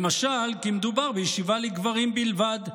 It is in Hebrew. למשל כי מדובר בישיבה לגברים בלבד.